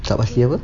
tak pasti apa